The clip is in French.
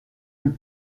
tous